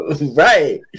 Right